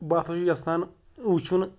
بہٕ ہَتھ چھُ یَژھان وٕچھُن